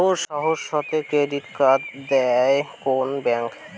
সহজ শর্তে credit card দেয় কোন ব্যাংক?